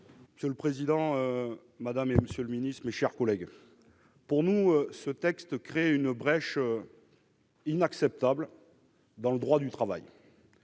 Monsieur le président, madame la ministre, monsieur le secrétaire d'État, mes chers collègues, pour nous, ce texte crée une brèche inacceptable dans le droit du travail.